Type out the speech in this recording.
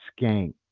skank